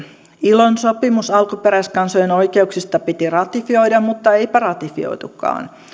ilon sopimus alkuperäiskansojen oikeuksista piti ratifioida mutta eipä ratifioitukaan